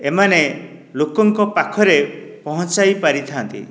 ଏମାନେ ଲୋକଙ୍କ ପାଖରେ ପହଞ୍ଚାଇ ପାରିଥାନ୍ତି